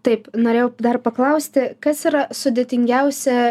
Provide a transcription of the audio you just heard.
taip norėjau dar paklausti kas yra sudėtingiausia